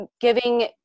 giving